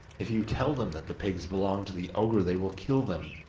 if you tell them that the pigs belong to the ogre they will kill them,